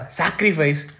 sacrifice